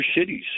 cities